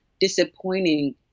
disappointing